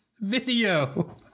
video